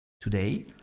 Today